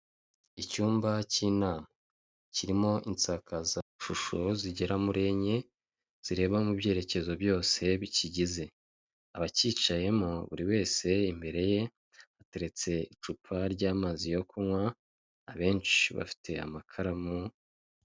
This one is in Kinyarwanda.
Icyumba cy'inama. Kirimo insakazashusho zigera muri enye, zireba mu byerekezo byose bikigize. Abacyicayemo buri wese imbere ye, hateretse icupa ry'amazi yo kunywa abenshi bafite amakaramu.